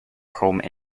home